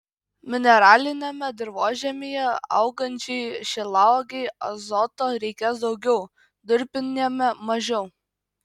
mineraliniame dirvožemyje augančiai šilauogei azoto reikės daugiau durpiniame mažiau